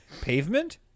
Pavement